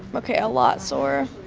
ok, a lot sore.